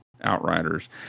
Outriders